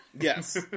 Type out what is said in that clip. Yes